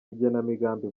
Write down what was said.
n’igenamigambi